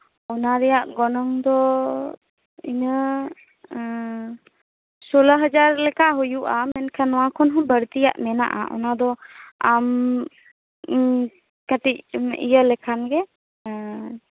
ᱚᱱᱟ ᱨᱮᱭᱟᱜ ᱜᱚᱱᱚᱝ ᱫᱚ ᱥᱳᱞᱞᱳ ᱦᱟᱡᱟᱨ ᱞᱮᱠᱟ ᱦᱩᱭᱩᱜᱼᱟ ᱢᱮᱱᱠᱷᱟᱱ ᱱᱚᱣᱟ ᱠᱷᱚᱡ ᱦᱚᱸ ᱵᱟᱹᱲᱛᱤᱭᱟᱜ ᱢᱮᱱᱟᱜᱼᱟ ᱚᱱᱟᱫᱚ ᱟᱢ ᱠᱟᱹᱴᱤᱡ ᱮᱢ ᱤᱭᱟᱹ ᱞᱮᱠᱷᱟᱡ ᱜᱮ ᱦᱮᱸ